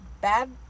Bad